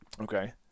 Okay